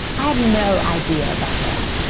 i had no idea about that.